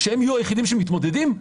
שהם יהיו היחידים שמתמודדים?